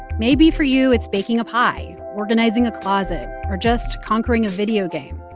maybe for you, it's baking a pie, organizing a closet or just conquering a video game.